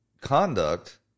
conduct